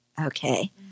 Okay